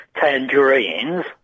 tangerines